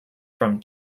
from